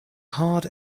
hard